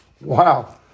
Wow